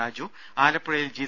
രാജു ആലപ്പുഴയിൽ ജി